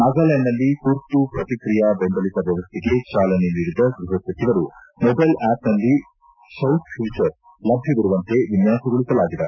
ನಾಗಾಲ್ಡಾಂಡ್ನಲ್ಲಿ ತುರ್ತು ಪ್ರತಿಕ್ರಿಯಾ ಬೆಂಬಲಿತ ವ್ಹವಸ್ಟೆಗೆ ಚಾಲನೆ ನೀಡಿದ ಗೃಹ ಸಚಿವರು ಮೊಬೈಲ್ ಆಪ್ನಲ್ಲಿ ಶೌಟ್ ಪ್ಯೂಚರ್ ಲಭ್ದವಿರುವಂತೆ ವಿನ್ನಾಸಗೊಳಿಸಲಾಗಿದೆ